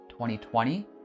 2020